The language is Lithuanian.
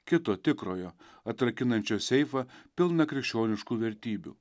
kito tikrojo atrakinančio seifą pilną krikščioniškųjų vertybių